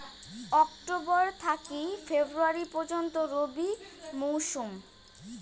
October থাকি ফেব্রুয়ারি পর্যন্ত রবি মৌসুম